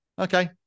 Okay